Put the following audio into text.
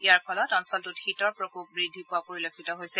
ইয়াৰ ফলত অঞ্চলটোত শীতৰ প্ৰকোপ বৃদ্ধি পোৱা পৰিলক্ষিত হৈছে